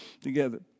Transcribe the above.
together